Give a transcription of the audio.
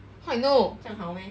how I know